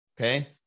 okay